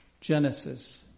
Genesis